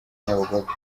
nyabugogo